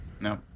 no